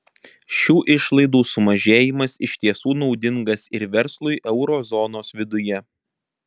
šių išlaidų sumažėjimas iš tiesų naudingas ir verslui euro zonos viduje